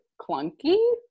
clunky